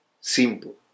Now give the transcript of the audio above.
simple